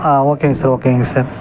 ஆ ஓகேங்க சார் ஓகேங்க சார்